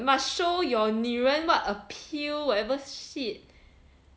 must show your 女人 what appeal whatever shit